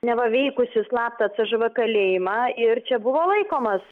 neva veikusį slaptą cžv kalėjimą ir čia buvo laikomas